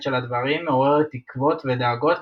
של הדברים" מעוררת תקווה ודאגות,